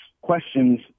questions